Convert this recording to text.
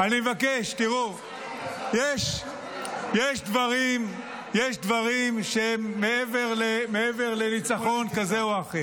תראו, יש דברים שהם מעבר לניצחון כזה או אחר.